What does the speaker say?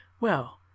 Well